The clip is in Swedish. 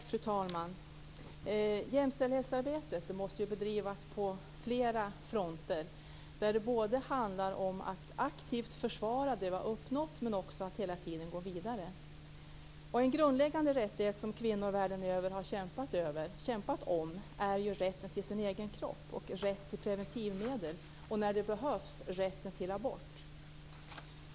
Fru talman! Jämställdhetsarbetet måste ju bedrivas på flera fronter, där det handlar både om att aktivt försvara det som vi har uppnått men också att hela tiden gå vidare. En grundläggande rättighet som kvinnor världen över har kämpat för är ju rätten till sin egen kropp och rätt till preventivmedel och när det behövs rätten till abort.